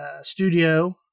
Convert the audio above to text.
studio